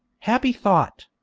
happy thought!